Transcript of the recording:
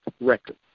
record